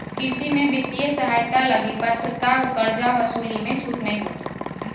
कृषि में वित्तीय सहायता लगी पात्रता कर्जा वसूली मे छूट नय होतो